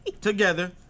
together